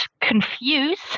confuse